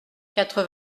quatre